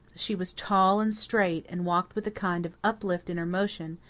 she was tall and straight, and walked with a kind of uplift in her motion,